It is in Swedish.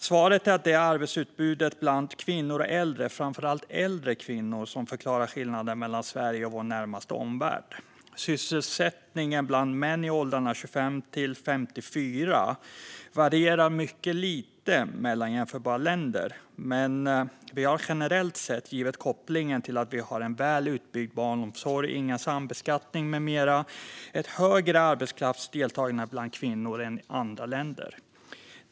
Svaret är att det är arbetsutbudet bland kvinnor och äldre, framför allt äldre kvinnor, som förklarar skillnaderna mellan Sverige och vår närmaste omvärld. Sysselsättningen bland män i åldrarna 25-54 år varierar mycket lite mellan jämförbara länder. Men vi har generellt sett, givet kopplingen till att vi har en väl utbyggd barnomsorg, ingen sambeskattning med mera, ett större arbetskraftsdeltagande bland kvinnor än andra länder.